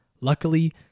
Luckily